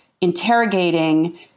interrogating